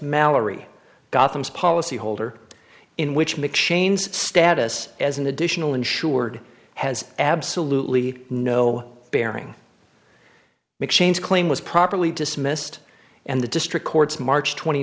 mallory gotham's policy holder in which mcshane's status as an additional insured has absolutely no bearing exchange claim was properly dismissed and the district court's march twenty